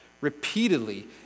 repeatedly